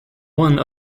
one